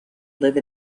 live